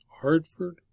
Hartford